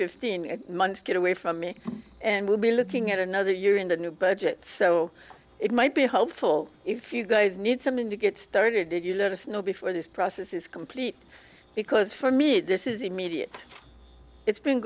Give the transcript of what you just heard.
fifteen months get away from me and we'll be looking at another year in the new budget so it might be helpful if you guys need something to get started did you let us know before this process is complete because for me this is immediate it's been